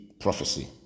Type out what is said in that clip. prophecy